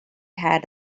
had